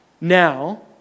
now